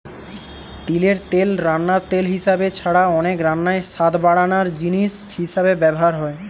তিলের তেল রান্নার তেল হিসাবে ছাড়া অনেক রান্নায় স্বাদ বাড়ানার জিনিস হিসাবে ব্যভার হয়